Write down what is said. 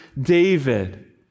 David